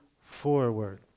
forward